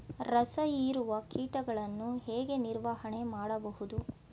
ರಸ ಹೀರುವ ಕೀಟಗಳನ್ನು ಹೇಗೆ ನಿರ್ವಹಣೆ ಮಾಡಬಹುದು?